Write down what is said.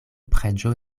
preĝo